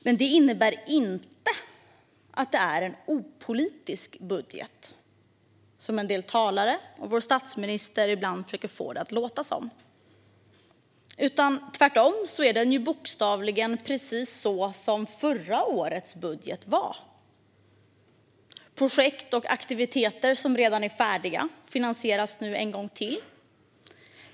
Men det innebär inte att det är en opolitisk budget, som en del talare och vår statsminister ibland försöker få det att låta som. Tvärtom är den bokstavligen precis så som förra årets budget var. Projekt och aktiviteter som redan är färdiga finansieras nu en gång till.